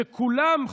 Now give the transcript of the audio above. שכולם,